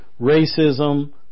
racism